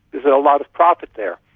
there's a lot of profit there,